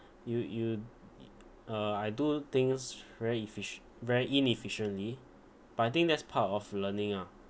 you you uh I do things very effic~ very inefficiently but I think that's part of learning ah